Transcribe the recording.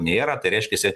nėra tai reiškiasi